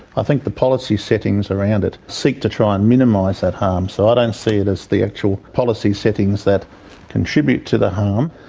i think the policy settings around it seek to try and minimise that harm, so i don't see it as the actual policy settings that contribute to the harm.